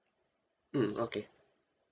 mm okay